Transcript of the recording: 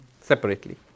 separately